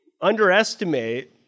underestimate